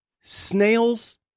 snails